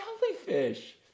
jellyfish